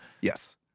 Yes